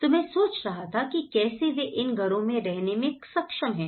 तो मैं सोच रहा था कि कैसे वे इन घरों में रहने में सक्षम हैं